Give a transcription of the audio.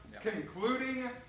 concluding